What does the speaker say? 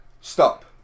Stop